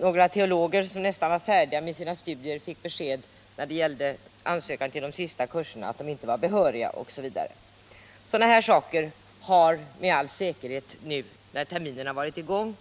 Några teologer som nästan var färdiga med sina studier fick det beskedet på ansökan till de sista kurserna att de inte var behöriga. Fler exempel skulle kunna anföras. Sådana här saker har med all säkerhet nu, när terminen varit i gång ett